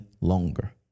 longer